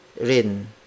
rin